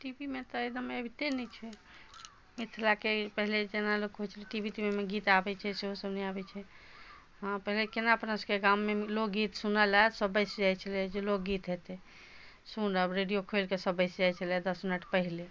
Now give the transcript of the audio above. T V मे तऽ एकदम अबिते नहि छै मिथिलाके पहिने जेना लोकके होइ छलै टी वी टी वी तीवीमे गीत आबै छै सेहोसब नहि आबै छै पहिने कोना अपना सबके गाममे लोकगीत सुनैलऽ सब बैसि जाइ छलै कि लोकगीत हेतै सुनब रेडिओ खोलिके सब बैसि जाइ छलथि दस मिनट पहिने